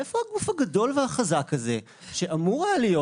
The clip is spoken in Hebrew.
איפה הגוף הגדול והחזק הזה שאמור היה להיות